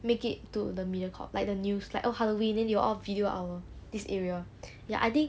make it to the mediacorp like the news like oh halloween they will all video our this area ya I think